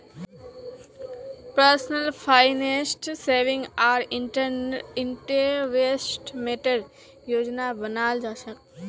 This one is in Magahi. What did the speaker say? पर्सनल फाइनेंसत सेविंग आर इन्वेस्टमेंटेर योजना बनाल जा छेक